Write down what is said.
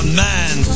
man